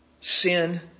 Sin